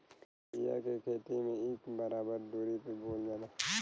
बिया के खेती में इक बराबर दुरी पे बोवल जाला